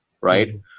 right